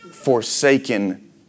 forsaken